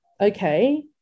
okay